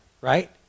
right